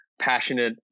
passionate